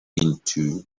into